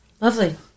Lovely